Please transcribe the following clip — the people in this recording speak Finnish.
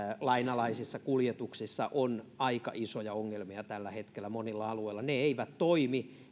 alaisissa kuljetuksissa on aika isoja ongelmia tällä hetkellä monilla alueilla ne eivät toimi